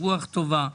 ברוח טובה.